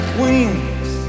wings